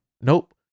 Nope